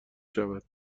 شود